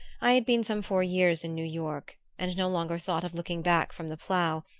i had been some four years in new york, and no longer thought of looking back from the plough,